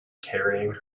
carrying